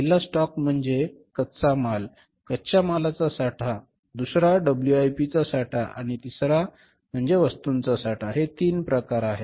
पहिला स्टॉक म्हणजे कच्चा माल कच्च्या मालाचा साठा दुसरा डब्ल्यूआयपीचा साठा आणि तिसरा साठा म्हणजे तयार वस्तूंचा साठा हे तीन प्रकार आहेत